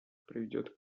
приведет